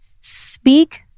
speak